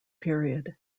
period